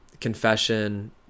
confession